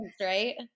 right